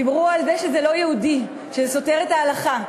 דיברו על זה שזה לא יהודי, שזה סותר את ההלכה.